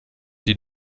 die